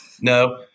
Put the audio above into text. No